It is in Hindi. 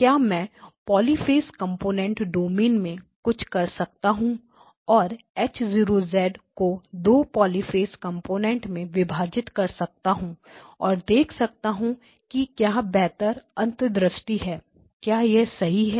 क्या मैं पॉलिफेज कंपोनेंट डोमेन में कुछ कर सकता हूं और H 0 को 2 पॉलिफेज कंपोनेंट में विभाजित कर सकता हूं और देख सकता हूं कि क्या बेहतर अंतर्दृष्टि है क्या यह सही है